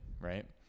right